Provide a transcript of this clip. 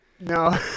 No